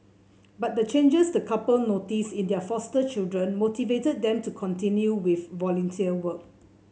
but the changes the couple noticed in their foster children motivated them to continue with volunteer work